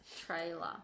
trailer